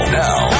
now